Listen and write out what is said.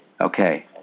Okay